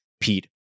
Pete